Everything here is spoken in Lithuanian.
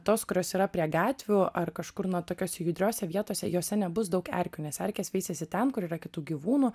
tos kurios yra prie gatvių ar kažkur na tokiose judriose vietose jose nebus daug erkių nes erkės veisiasi ten kur yra kitų gyvūnų